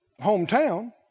hometown